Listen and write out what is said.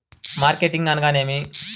Marketing అనగానేమి?